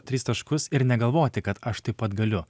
tris taškus ir negalvoti kad aš taip pat galiu